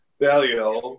value